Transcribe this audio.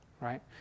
right